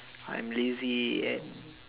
I am lazy and